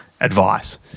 advice